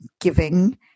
giving